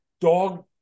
Dog